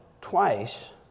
twice